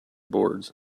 boards